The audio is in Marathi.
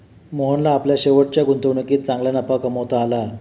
मोहनला आपल्या शेवटच्या गुंतवणुकीत चांगला नफा कमावता आला